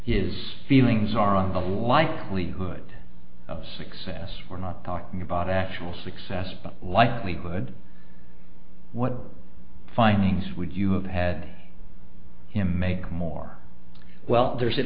is feelings are on the likelihood of success or not talking about actual success but likelihood what findings would you have had him make more well there is at